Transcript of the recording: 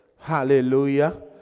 Hallelujah